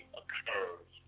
occurs